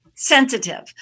sensitive